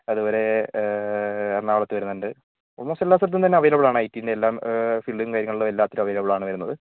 അതുപോലെ എറണാകുളത്ത് വരുന്നുണ്ട് ആൾമോസ്റ്റ് എല്ലാ സ്ഥലത്തും തന്നെ അവൈലബിൾ ആണ് ഐ ടീൻ്റെ എല്ലാം ഫീൽഡും കാര്യങ്ങളും എല്ലാത്തിലും അവൈലബിൾ ആണ് വരുന്നത്